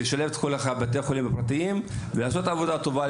צריך גם לשלב את כל בתי החולים הפרטיים ולעשות עבודה טובה.